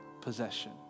possession